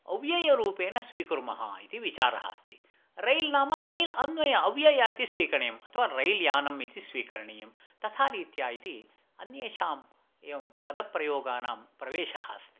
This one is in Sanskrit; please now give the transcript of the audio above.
अव्ययरूपेण स्वीकुर्मः इति विचारः अस्ति रैल् नाम रैल् अन्व्यय अव्यय इति स्वीकरणीयम् अथवा रैल्यानम् इति स्वीकरणीयं तथा रीत्या इति अन्येषाम् एवं पदप्रयोगानां प्रवेशः अस्ति